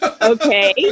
okay